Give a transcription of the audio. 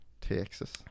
Texas